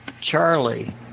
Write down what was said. Charlie